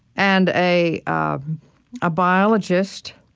and a um ah biologist